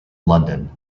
london